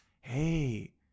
Hey